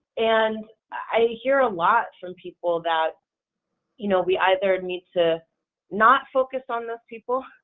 and i hear a lot from people that you know we either need to not focus on those people,